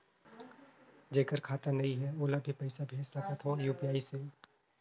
जेकर खाता नहीं है ओला भी पइसा भेज सकत हो यू.पी.आई से?